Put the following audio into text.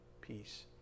peace